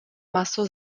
maso